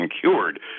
cured